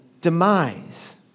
demise